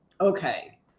Okay